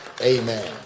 amen